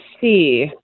see